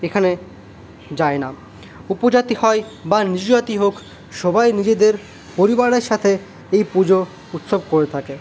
এখানে যায় না উপজাতি হয় বা নিচু জাতি হোক সবাই নিজেদের পরিবারের সাথে এই পুজোর উৎসব করে থাকে